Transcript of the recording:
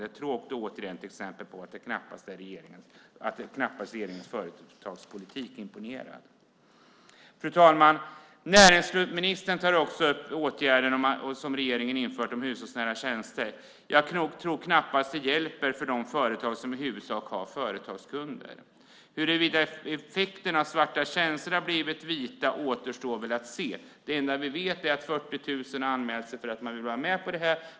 Det är tråkigt, och återigen ett exempel på att regeringens företagspolitik knappast imponerar. Herr talman! Näringsministern tar också upp åtgärder som regeringen vidtagit för hushållsnära tjänster. Jag tror knappast att det hjälper för de företag som i huvudsak har företagskunder. Huruvida effekten är att svarta tjänster blivit vita återstår väl att se. Det enda vi vet är att 40 000 har anmält sig för att vara med på det här.